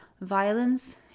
Violence